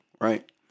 right